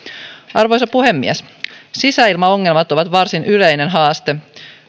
arvoisa puhemies sisäilmaongelmat ovat varsin yleinen haaste